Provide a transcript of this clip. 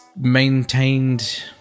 maintained